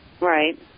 Right